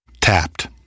Tapped